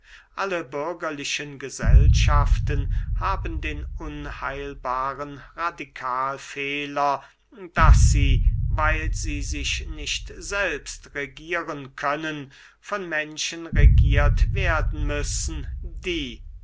alle bürgerliche gesellschaften haben den unheilbaren radikalfehler daß sie weil sie sich nicht selbst regieren können von menschen regiert werden müssen die